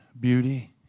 beauty